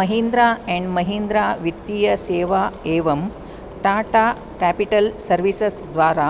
Mahindra and Mahindra वित्तीय सेवा एवं टाटा कापिटल् सर्विसेस् द्वारा